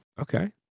Okay